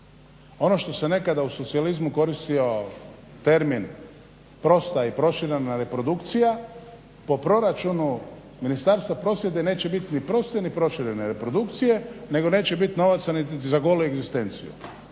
Ono što se nekada u socijalizmu koristio termin prosta i proširena reprodukcija, po proračunu Ministarstva prosvjete neće bit ni proste ni proširene reprodukcije, nego neće biti novaca niti za golu egzistenciju,